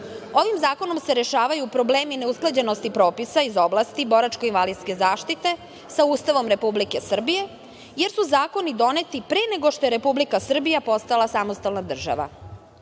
zakonom se rešavaju problemi neusklađenosti propisa iz oblasti boračko-invalidske zaštite sa Ustavom Republike Srbije, jer su zakoni doneti pre nego što je Republika Srbija postala samostalna država.